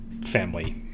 family